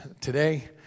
today